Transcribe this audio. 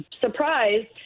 surprised